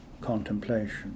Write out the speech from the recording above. contemplation